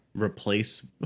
replace